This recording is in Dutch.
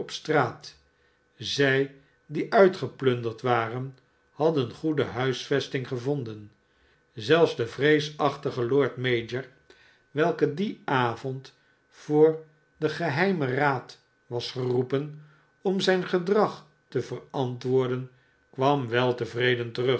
straat zij die mtgeplunderd waren hadden goede huisvesting gevonden zetfs de vreesachtige lord mayor welke dien avond voor den geheimen raad was geroepen om zijn gedrag te verantwoorden kwam weltevreden terug